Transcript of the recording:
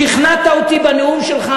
שכנעת אותי בנאום שלך,